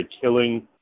killing